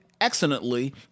excellently